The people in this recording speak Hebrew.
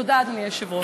תודה, אדוני היושב-ראש.